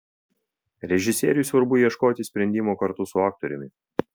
režisieriui svarbu ieškoti sprendimo kartu su aktoriumi